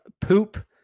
poop